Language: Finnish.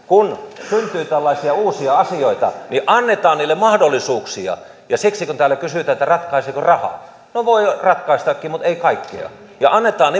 kun syntyy tällaisia uusia asioita niin annetaan niille mahdollisuuksia siksi kun täällä kysytään ratkaiseeko raha no voi ratkaistakin mutta ei kaikkea annetaan